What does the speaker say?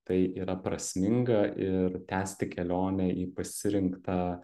tai yra prasminga ir tęsti kelionę į pasirinktą